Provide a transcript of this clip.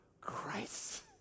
Christ